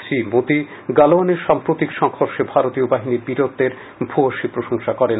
শ্রীমোদি গাওয়ানের সাম্প্রতিক সংঘর্ষে ভারতীয় বাহিনীর বীরত্বের ভূয়সী প্রশংসা করেন